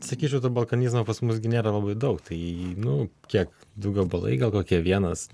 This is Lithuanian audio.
sakyčiau to balkanizmo pas mus gi nėra labai daug tai nu kiek du gabalai gal kokie vienas